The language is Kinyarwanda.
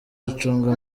acunga